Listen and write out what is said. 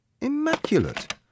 Immaculate